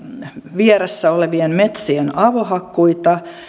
vieressä olevien metsien avohakkuita